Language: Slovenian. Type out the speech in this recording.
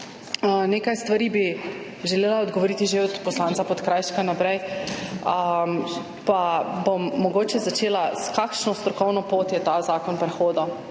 nekaj stvari bi želela odgovoriti že od poslanca Podkrajška naprej, pa bom mogoče začela s tem, kakšno strokovno pot je prehodil